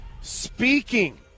Speaking